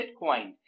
Bitcoin